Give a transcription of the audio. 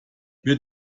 wird